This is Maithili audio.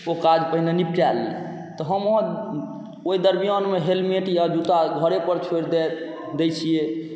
ओ काज पहिने निपटा ली तऽ हम अहाँ ओहि दरमियानमे हेलमेट या जूता घरेपर छोड़ि दए दैत छियै